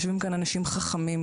יושבים שם אנשים חכמים.